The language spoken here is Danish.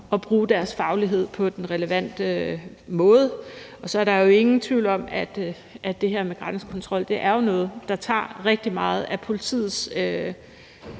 at bruge deres faglighed på den relevante måde. Så er der jo ingen tvivl om, at det her med grænsekontrol er noget, der tager rigtig meget af politiets